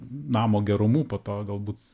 namo gerumu po to galbūt